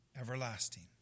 everlasting